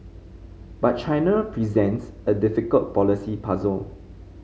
but China presents a difficult policy puzzle